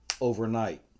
overnight